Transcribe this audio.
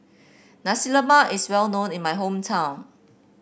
Nasi Lemak is well known in my hometown